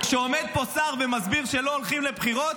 שכשעומד פה שר ומסביר שלא הולכים לבחירות,